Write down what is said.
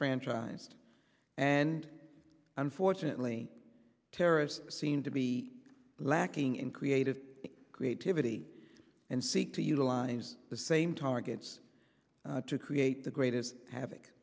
franchised and unfortunately terrorists seem to be lacking in creative creativity and seek to utilize the same targets to create the greatest havoc